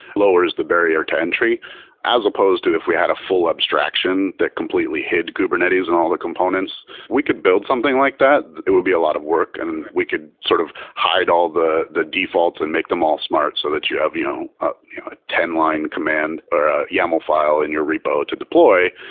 lowers the barrier to entry as opposed to if we had a full abstraction that completely hid kubernetes and all the components. we could build something like that. it would be a lot of work and we could sort of hide all the the defaults and make them all smart so that you have you know ah a ten line command or a yaml file in your repo to deploy.